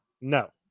No